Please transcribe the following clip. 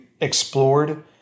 explored